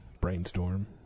brainstorm